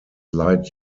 light